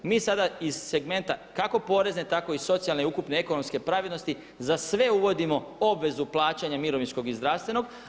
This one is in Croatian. Mi sada iz segmenta kako porezne, tako i socijalne i ukupne ekonomske pravednosti za sve uvodimo obvezu plaćanja mirovinskog i zdravstvenog.